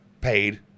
Paid